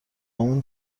اون